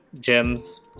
gems